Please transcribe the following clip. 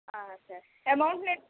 సరే అమౌంట్ నేను